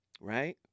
Right